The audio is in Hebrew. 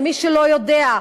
למי שלא יודע,